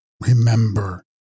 Remember